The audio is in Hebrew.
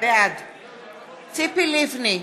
בעד ציפי לבני,